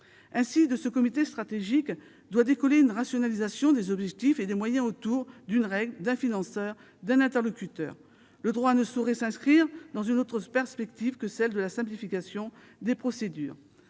Ainsi, de ce comité stratégique doit découler une rationalisation des objectifs et des moyens autour d'une règle, d'un financeur, d'un interlocuteur. Le droit ne saurait s'inscrire dans une autre perspective que celle de la simplification des procédures.